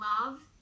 love